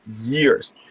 years